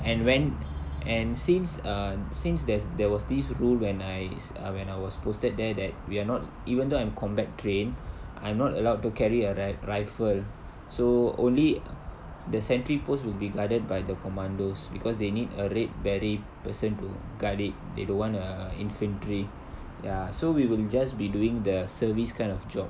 and when and since err since there's there was this rule when I s~ uh when I was posted there that we're not even though I'm combat trained I'm not allowed to carry a ri~ rifle so only the sentry posts will be guarded by the commandos because they need a red beret person to guard it they don't want uh infantry ya so we will just be doing the service kind of job